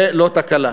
זה לא תקלה.